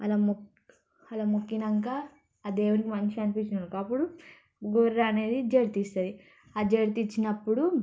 అలా మొ అలా మొక్కాక ఆ దేవునికి మంచిగా అనిపించిందనుకో అప్పుడు గొర్రె అనేది జడితి ఇస్తుంది జడితి ఇచ్చినప్పుడు